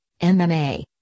MMA